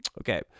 okay